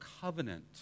covenant